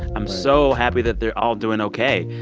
i'm so happy that they're all doing ok.